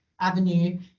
avenue